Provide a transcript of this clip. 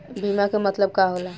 बीमा के मतलब का होला?